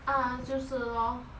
ah 就是 lor